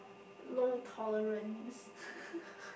low tolerance